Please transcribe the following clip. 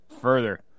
Further